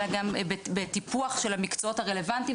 אלא גם בטיפוח של המקצועות הרלוונטיים,